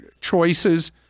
choices